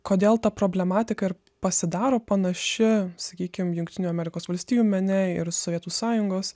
kodėl ta problematika ir pasidaro panaši sakykim jungtinių amerikos valstijų mene ir sovietų sąjungos